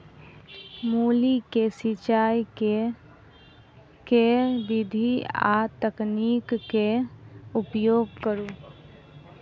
मूली केँ सिचाई केँ के विधि आ तकनीक केँ उपयोग करू?